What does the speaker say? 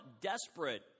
desperate